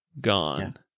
gone